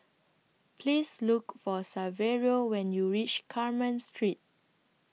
Please Look For Saverio when YOU REACH Carmen Street